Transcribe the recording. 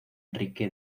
enrique